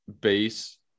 base